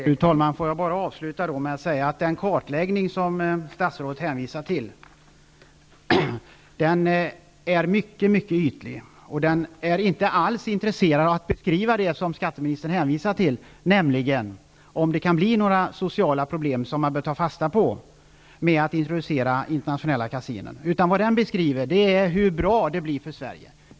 Fru talman! Får jag avsluta med att säga att den kartläggning statsrådet hänvisar till är mycket ytlig. Man är inte alls intresserad av att beskriva det som skatteministern hänvisar till, nämligen om det kan bli sociala problem med att introducera internationella kasinon. Där beskrivs i stället hur bra det är för Sverige.